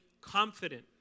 confident